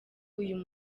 uyu